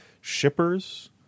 shippers